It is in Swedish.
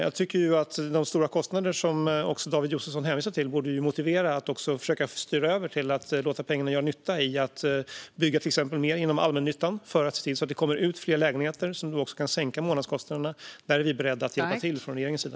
Jag tycker att de stora kostnader som David Josefsson hänvisar till borde motivera kommunerna att försöka styra över till att låta pengarna göra nytta genom att till exempel bygga mer inom allmännyttan för att se till att det kommer ut fler lägenheter, vilket kan sänka månadskostnaderna. Där är vi beredda att hjälpa till från regeringens sida.